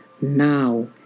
now